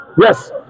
Yes